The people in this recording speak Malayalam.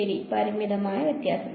ശരി പരിമിതമായ വ്യത്യാസം